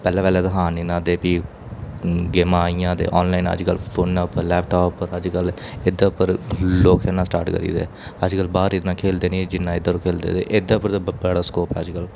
पैह्ले पैह्ले ते हा नि ते फ्ही गेमां आइयां ते आनलाइन अज्जकल फोनै उप्पर लैपटाप उप्पर अज्जकल एह्दे उप्पर लोक खेलना स्टार्ट करी दे अज्जकल बाह्र इन्ना खेलदे नि ऐ जिन्ना इद्धर खेलदे ते एह्दे उप्पर ते बड़ा स्कोप ऐ अज्जकल